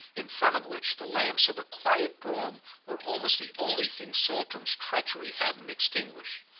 in front of which the lamps of a quiet brougham were almost the only thing saltram's treachery hadn't extinguished.